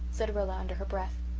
said rilla, under her breath.